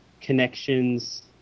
connections